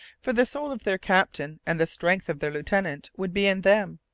for the soul of their captain and the strength of their lieutenant would be in them.